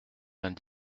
vingt